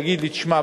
להגיד לי: תשמע,